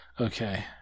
Okay